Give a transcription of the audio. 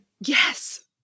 Yes